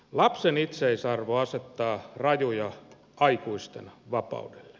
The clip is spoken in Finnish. lapsen itseisarvo asettaa rajoja aikuisten vapaudelle